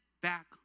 back